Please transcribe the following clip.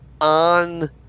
on